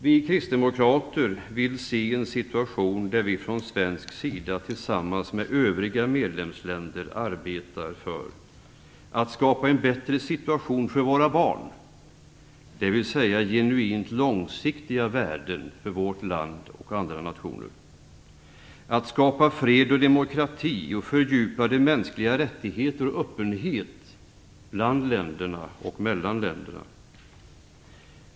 Vi kristdemokrater vill se en situation där vi från svensk sida tillsammans med övriga medlemsländer arbetar för följande: Att skapa en bättre situation för våra barn, dvs. genuint långsiktiga värden för vårt land och för andra nationer. Att skapa fred, demokrati, fördjupade mänskliga rättigheter och öppenhet bland länderna och mellan länderna.